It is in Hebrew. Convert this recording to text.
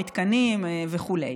המתקנים וכו'.